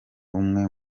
umwe